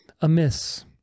amiss